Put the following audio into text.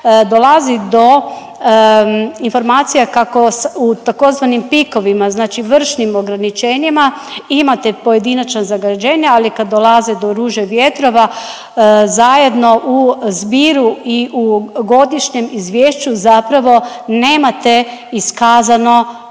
dolazi do informacija kako u tzv. pikovima, znači vršnim ograničenjima imate pojedinačna zagađenja, ali kad dolaze do ruže vjetrova zajedno u zbiru i u godišnjem izvješću zapravo nemate iskazano